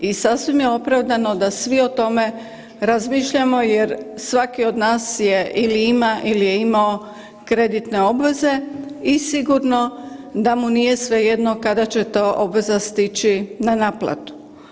I sasvim je opravdano da svi o tome razmišljamo jer svaki od nas je ili ima ili je imao kreditne obveze i sigurno da mu nije svejedno kada će ta obveza stići na naplatu.